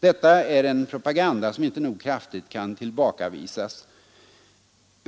Detta är en propaganda som inte nog kraftigt kan tillbakavisas.